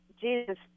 Jesus